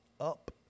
up